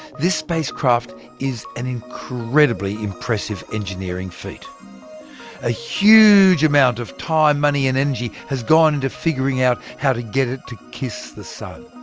this spacecraft is an incredibly impressive engineering feat. and a huge amount of time, money and energy has gone into figuring out how to get it to kiss the sun.